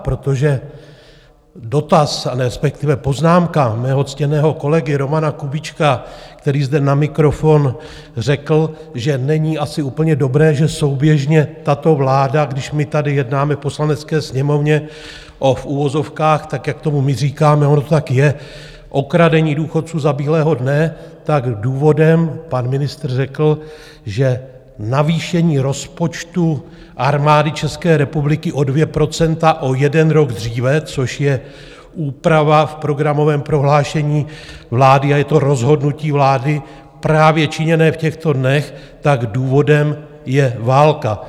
Protože dotaz, respektive poznámka mého ctěného kolegy Romana Kubíčka, který zde na mikrofon řekl, že není asi úplně dobré, že souběžně tato vláda, když my tady jednáme v Poslanecké sněmovně o, v uvozovkách, tak jak tomu my říkáme, ono to tak je, okradení důchodců za bílého dne, tak důvodem, pan ministr řekl, že navýšení rozpočtu Armády České republiky o 2 % o jeden rok dříve, což je úprava v programovém prohlášení vlády a je to rozhodnutí vlády právě činěné v těchto dnech, tak důvodem je válka.